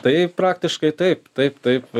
tai praktiškai taip taip taip